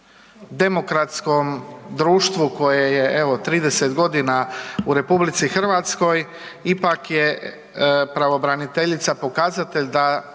demokratskom društvu koje je evo 30 godina u RH ipak je pravobraniteljica pokazatelj da